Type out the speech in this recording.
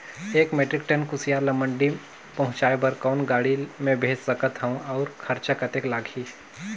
एक metric ton कुसियार ल मंडी पहुंचाय बर कौन गाड़ी मे भेज सकत हव अउ खरचा कतेक लगही?